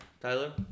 Tyler